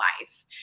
life